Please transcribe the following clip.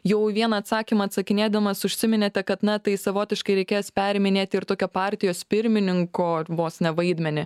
jau į vieną atsakymą atsakinėdamas užsiminėte kad na tai savotiškai reikės periminėti ir tokio partijos pirmininko ir vos ne vaidmenį